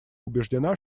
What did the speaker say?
убеждена